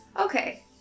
Okay